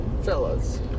fellas